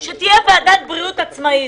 שתהיה ועדת בריאות עצמאית.